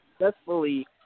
successfully